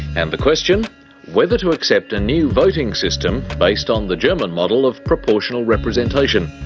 and the question whether to accept a new voting system based on the german model of proportional representation.